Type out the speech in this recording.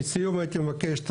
לסיום הייתי מבקש,